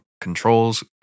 controls